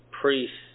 priests